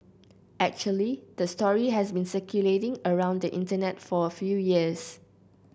actually the story has been circulating around the Internet for a few years